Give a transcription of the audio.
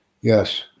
Yes